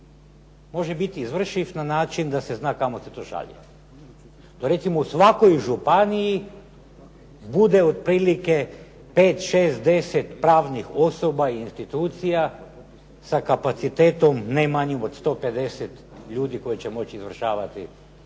može biti izvršiv na način da se zna kamo se to šalje? Recimo u svakoj županiji bude otprilike 5, 6, 10 pravnih osoba i institucija sa kapacitetom ne manjim od 150 ljudi koji će moći izvršavati ovu